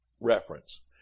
reference